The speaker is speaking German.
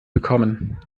bekommen